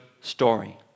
story